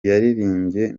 yaririmbye